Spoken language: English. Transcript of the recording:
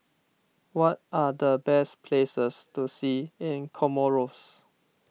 what are the best places to see in Comoros